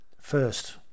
first